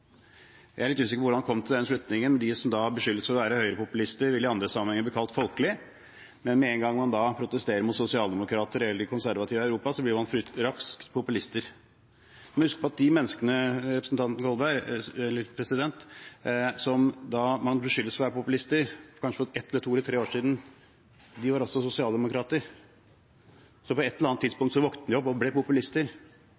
jeg harselerte med andre folk, var det høyrepopulisme. Jeg er litt usikker på hvordan han kom til den slutningen. De som da beskyldes for å være høyrepopulister, vil i andre sammenhenger bli kalt folkelige. Men med en gang man protesterer mot sosialdemokrater eller de konservative i Europa, blir man raskt populister. En må huske på at de menneskene som beskyldes for å være populister, kanskje for ett, to eller tre år siden var sosialdemokrater, og på et eller annet